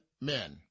men